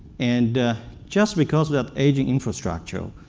and just because of the aging infrastructure,